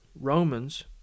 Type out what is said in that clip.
Romans